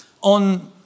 on